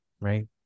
right